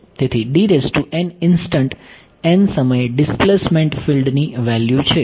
તેથી instant n સમયે displacement ફીલ્ડની વેલ્યુ છે